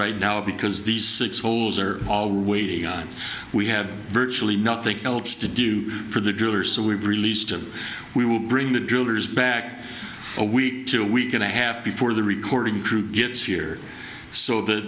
right now because these six holes are all waiting on we had virtually nothing else to do for the driller so we released and we will bring the drillers back a week to week and a half before the recording crew gets here so that